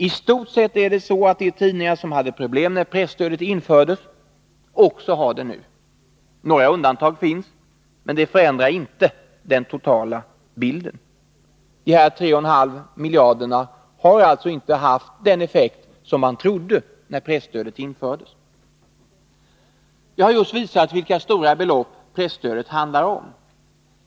I stort sett är det så, att de tidningar som hade problem när presstödet infördes också har det nu. Några undantag finns, men det förändrar inte den totala bilden. De 3,5 miljarderna har alltså inte haft den effekt som man trodde när presstödet infördes. Jag har just visat vilka stora belopp presstödet handlar om.